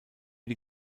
die